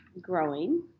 growing